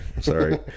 sorry